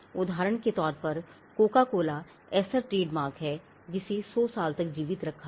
उदाहरण के तौर पर कोका कोला ऐसा ट्रेडमार्क है जिसे 100 साल तक जीवित रखा गया